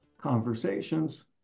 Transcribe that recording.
conversations